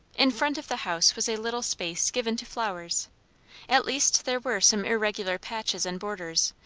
in front of the house was a little space given to flowers at least there were some irregular patches and borders,